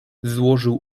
złożył